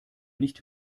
nicht